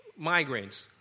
migraines